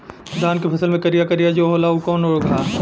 धान के फसल मे करिया करिया जो होला ऊ कवन रोग ह?